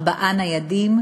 ארבעה ניידים,